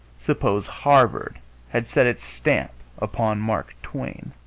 suppose harvard had set its stamp upon mark twain!